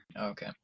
okay